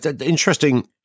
Interesting